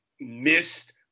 missed